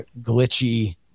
glitchy